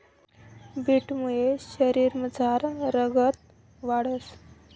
बीटमुये शरीरमझार रगत वाढंस